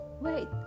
Wait